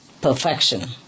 perfection